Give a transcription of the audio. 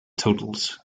totals